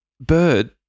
bird